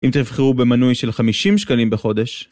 אם תבחרו במנוי של 50 שקלים בחודש